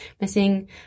Missing